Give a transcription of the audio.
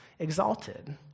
exalted